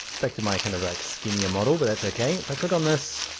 back to my kind of like skinnier model, but that's okay. if i click on this.